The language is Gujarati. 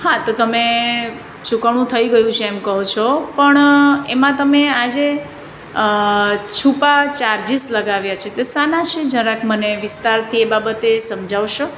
હા તો તમે ચૂકવણું થઈ ગયું છે એમ કહો છો પણ એમાં તમે આજે છૂપા ચાર્જિસ લગાવ્યા છે તે શાના છે જરાક મને વિસ્તારથી એ બાબતે સમજાવશો